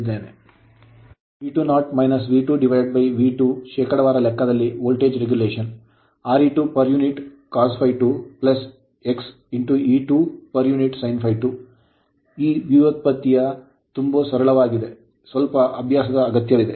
ಆದ್ದರಿಂದ V2 ಶೇಕಡಾವಾರು ಲೆಕ್ಕದಲ್ಲಿ voltage regulation Re2 per unit cos ∅2 XE2 per unit sin ∅2 ಈ ವ್ಯುತ್ಪತ್ತಿ ಯು ತುಂಬಾ ಸರಳವಾಗಿದೆ ಸ್ವಲ್ಪ ಅಭ್ಯಾಸದ ಅಗತ್ಯವಿದೆ